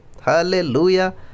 Hallelujah